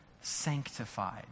sanctified